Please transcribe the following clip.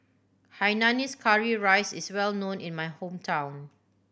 hainanese curry rice is well known in my hometown